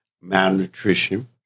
malnutrition